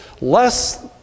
Less